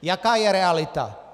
Jaká je realita?